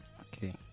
Okay